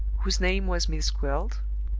whose name was miss gwilt?